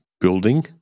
building